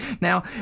now